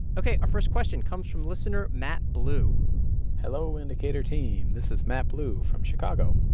ok, our first question comes from listener matt blue hello, indicator team. this is matt blue from chicago.